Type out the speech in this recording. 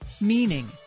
Meaning